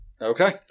Okay